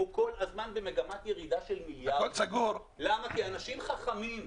הוא כל הזמן במגמת ירידה של מיליארדים כי אנשים חכמים.